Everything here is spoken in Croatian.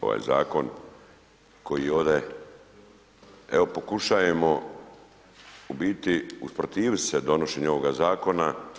Ovaj zakon koji ovdje evo pokušavamo u biti usprotivit se donošenju ovoga zakona.